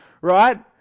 right